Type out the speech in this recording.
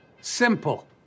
Simple